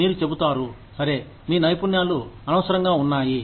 మీరు చెబుతారు సరే మీ నైపుణ్యాలు అనవసరంగా ఉన్నాయి